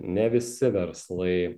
ne visi verslai